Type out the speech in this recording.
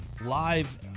live